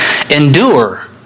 Endure